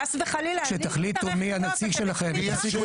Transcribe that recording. חס וחלילה --- כשתחליטו מי הנציג שלכם ותפסיקו